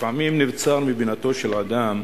לפעמים נבצר מבינתו של אדם,